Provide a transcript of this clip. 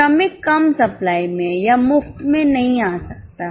श्रमिक कम सप्लाई में है यह मुफ्त में नहीं आ सकता है